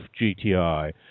GTI